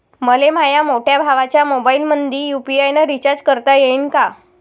मले माह्या मोठ्या भावाच्या मोबाईलमंदी यू.पी.आय न रिचार्ज करता येईन का?